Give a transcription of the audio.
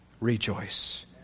rejoice